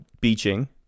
beaching